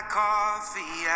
coffee